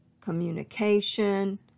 communication